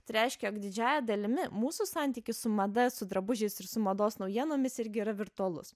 tai reiškia jog didžiąja dalimi mūsų santykis su mada su drabužiais ir su mados naujienomis irgi yra virtualus